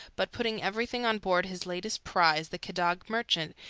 but putting everything on board his latest prize, the quedagh merchant,